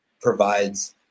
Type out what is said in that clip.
provides